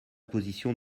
position